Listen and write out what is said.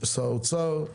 שר האוצר,